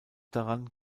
daran